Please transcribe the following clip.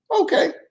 Okay